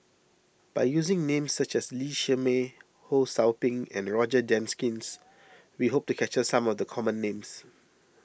by using names such as Lee Shermay Ho Sou Ping and Roger Jenkins we hope to capture some of the common names